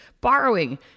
borrowing